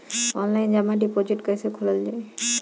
Online जमा deposit कैसे खोलल जाइ?